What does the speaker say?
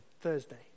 Thursday